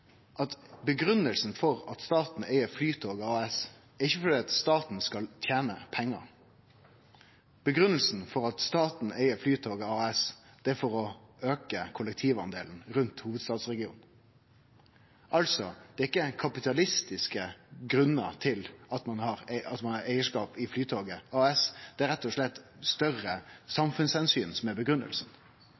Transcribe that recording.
at grunngjevinga for at staten eig Flytoget AS, er ikkje at staten skal tene pengar. Grunngjevinga for at staten eig Flytoget AS, er at ein skal auke kollektivdelen rundt hovudstadsregionen. Det er altså ikkje kapitalistiske grunnar til at ein har eigarskap i Flytoget AS, det er rett og slett større